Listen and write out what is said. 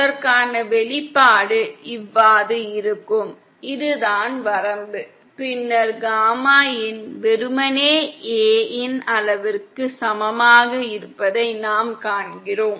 அதற்கான வெளிப்பாடு இவ்வாறு இருக்கும் இதுதான் வரம்பு பின்னர் காமாin வெறுமனே A இன் அளவிற்கு சமமாக இருப்பதை நாம் காண்கிறோம்